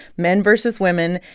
men versus women.